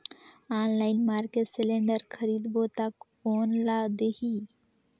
Online market cylinder खरीदबो ता कोन ला देही?